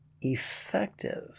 effective